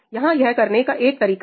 यहां यह करने का एक तरीका है